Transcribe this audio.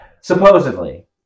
Supposedly